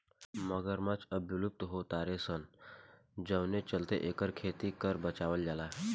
मगरमच्छ अब विलुप्त हो तारे सन जवना चलते एकर खेती के कर बचावल जाता